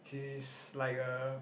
she is like a